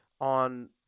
on